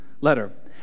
letter